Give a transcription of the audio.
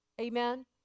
Amen